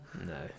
no